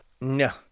No